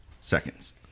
seconds